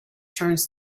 turns